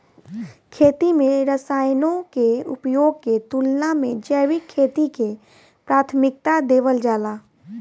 खेती में रसायनों के उपयोग के तुलना में जैविक खेती के प्राथमिकता देवल जाला